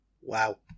wow